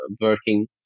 working